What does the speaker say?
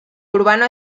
urbano